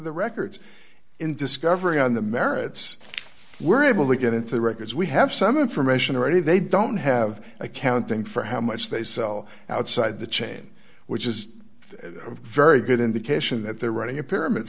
the records in discovery on the merits were able to get into the records we have some information already they don't have accounting for how much they sell outside the chain which is a very good indication that they're running a pyramid